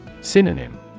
Synonym